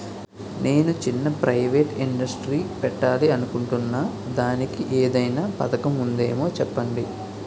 నేను చిన్న private industry పెట్టాలి అనుకుంటున్నా దానికి ఏదైనా పథకం ఉందేమో చెప్పండి?